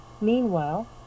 Meanwhile